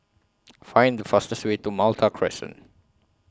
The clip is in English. Find The fastest Way to Malta Crescent